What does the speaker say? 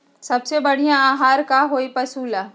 सबसे बढ़िया आहार का होई पशु ला?